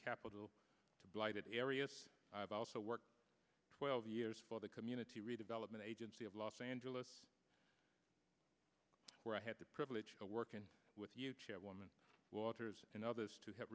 capital to blighted areas i've also worked twelve years for the community redevelopment agency of los angeles where i had the privilege of working with you chairwoman waters and others to h